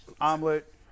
omelet